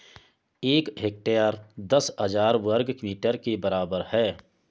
एक हेक्टेयर दस हजार वर्ग मीटर के बराबर है